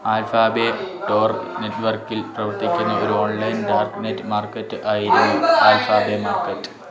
AlphaBay Tor നെറ്റ്വർക്കിൽ പ്രവർത്തിക്കുന്ന ഒരു ഓൺലൈൻ ഡാർക്ക്നെറ്റ് മാർക്കറ്റ് ആയിരുന്നു ആൽഫാബേ മാർക്കറ്റ്